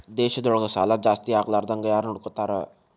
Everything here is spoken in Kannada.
ದೇಶದೊಳಗ ಸಾಲಾ ಜಾಸ್ತಿಯಾಗ್ಲಾರ್ದಂಗ್ ಯಾರ್ನೊಡ್ಕೊತಾರ?